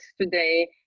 today